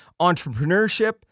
entrepreneurship